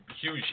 Huge